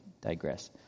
digress